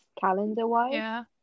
calendar-wise